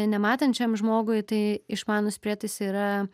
nematančiam žmogui tai išmanūs prietaisai yra